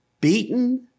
beaten